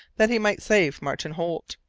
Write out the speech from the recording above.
that he might save martin holt.